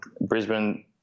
Brisbane